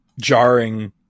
jarring